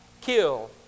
kill